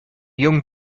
young